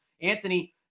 Anthony